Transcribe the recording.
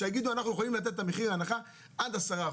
שיגידו שהם יכולים לתת מחיר בהנחה עד 10%,